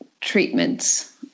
treatments